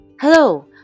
Hello